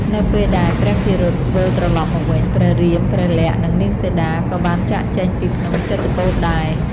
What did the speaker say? នៅពេលដែល ព្រះភិរុត វិលត្រឡប់មកវិញ ព្រះរាម ព្រះលក្សណ៍ និងនាងសីតា ក៏បានចាកចេញពីភ្នំចិត្រកូដដែរ។